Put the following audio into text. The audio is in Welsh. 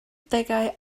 degau